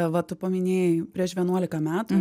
va tu paminėjai prieš vienuolika metų